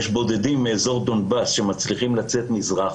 יש בודדים מאזור דונבאס שמצליחים לצאת מזרחה,